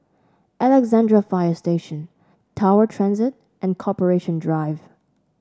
Alexandra Fire Station Tower Transit and Corporation Drive